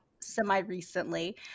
semi-recently